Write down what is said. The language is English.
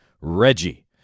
Reggie